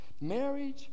Marriage